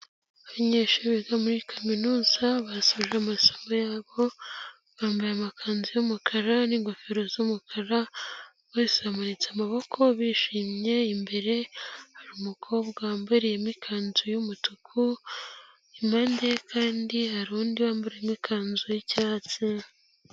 Abanyeshuri biga muri kaminuza basoje amasomo yabo, bambaye amakanzu y'umukara n'ingofero z'umukara buri wese yamanitse amaboko bishimye, imbere hari umukobwa wambariyemo ikanzu y'umutuku, imbere ye kandi hari undi wambariyemo ikanzu y'icyatsi.